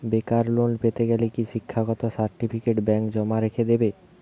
বেকার লোন পেতে গেলে কি শিক্ষাগত সার্টিফিকেট ব্যাঙ্ক জমা রেখে দেবে?